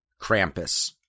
Krampus